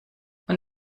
und